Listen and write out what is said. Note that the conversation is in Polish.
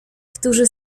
którzy